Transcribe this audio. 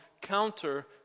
counter